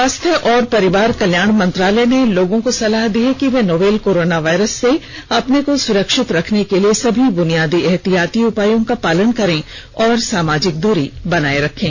स्वास्थ्य और परिवार कल्याण मंत्रालय ने लोगों को सलाह दी है कि वे नोवल कोरोना वायरस से अपने को सुरक्षित रखने के लिए सभी बुनियादी एहतियाती उपायों का पालन करें और सामाजिक दूरी बनाए रखें